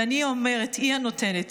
ואני אומרת, היא הנותנת.